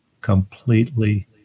completely